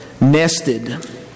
nested